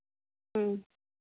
ᱦᱩᱸ